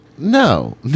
No